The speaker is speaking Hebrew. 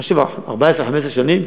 אני חושב 15-14 שנים,